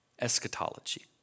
eschatology